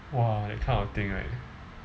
!wah! that kind of thing right